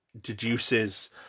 deduces